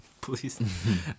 Please